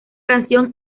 canción